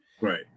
Right